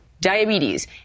diabetes